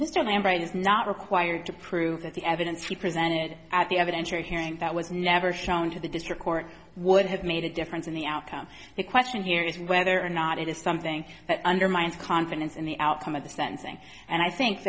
lambright is not required to prove that the evidence he presented at the evidence you're hearing that was never shown to the district court would have made a difference in the outcome the question here is whether or not it is something that undermines confidence in the outcome of the sentencing and i think